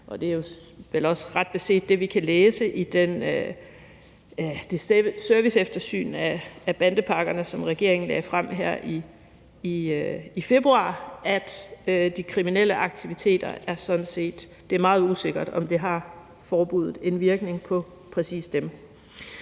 det er vel ret beset også det, vi kan læse i det serviceeftersyn af bandepakkerne, som regeringen lagde frem her i februar, nemlig at i forhold til de kriminelle aktiviteter er det meget usikkert, om forbuddet har en virkning på præcis dem.